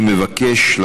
אני מבקש,